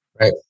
Right